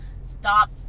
Stop